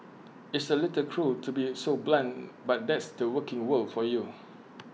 it's A little cruel to be so blunt but that's the working world for you